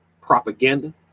propaganda